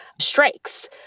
strikes